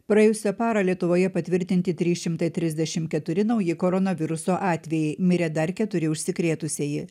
praėjusią parą lietuvoje patvirtinti trys šimtai trisdešim keturi nauji koronaviruso atvejai mirė dar keturi užsikrėtusieji